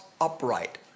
upright